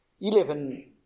eleven